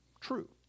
true